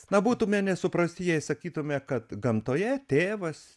na būtume nesuprasti jei sakytume kad gamtoje tėvas